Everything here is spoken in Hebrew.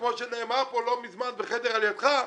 כמו שנאמר פה לא מזמן בחדר על ידך,